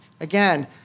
Again